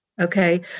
Okay